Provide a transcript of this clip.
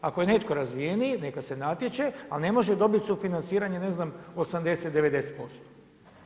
Ako je netko razvijeniji neka se natječe ali ne može dobiti sufinanciranje ne znam 80, 90%